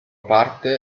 parte